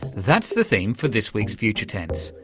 that's the theme for this week's future tense.